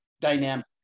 dynamic